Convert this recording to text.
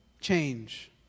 change